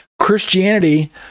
Christianity